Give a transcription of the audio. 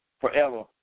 forever